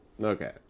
Okay